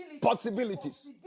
Possibilities